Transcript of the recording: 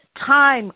time